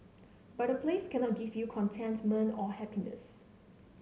but a place cannot give you contentment or happiness